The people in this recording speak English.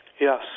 Yes